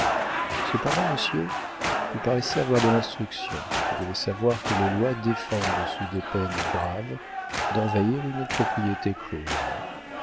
cependant monsieur vous paraissez avoir de l'instruction et devez savoir que les lois défendent sous des peines graves d'envahir une propriété close